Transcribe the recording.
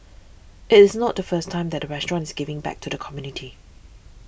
it is not the first time that restaurant is giving back to the community